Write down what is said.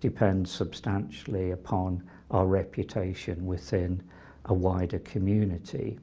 depends substantially upon our reputation within a wider community,